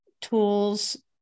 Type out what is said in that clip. tools